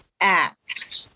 act